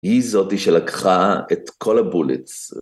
‫היא זאתי שלקחה את כל הבולטס.